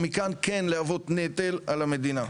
ומכאן כן להוות נטל על המדינה.